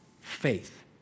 Faith